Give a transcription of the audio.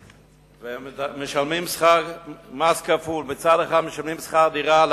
והם משלמים מס כפול: מצד אחד משלמים שכר דירה על